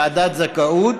ועדת זכאות,